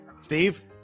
Steve